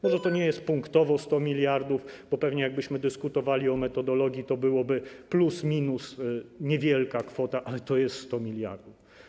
Może to nie jest punktowo 100 mld, bo pewnie jakbyśmy dyskutowali o metodologii, to byłaby plus minus niewielka kwota, ale to jest 100 mld.